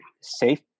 safe